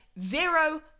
zero